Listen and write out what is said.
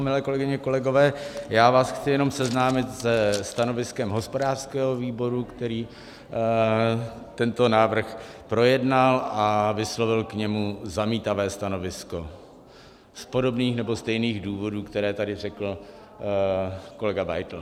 Milé kolegyně, kolegové, já vás chci jenom seznámit se stanoviskem hospodářského výboru, který tento návrh projednal a vyslovil k němu zamítavé stanovisko z podobných nebo stejných důvodů, které tady řekl kolega Beitl.